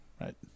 right